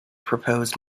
proposed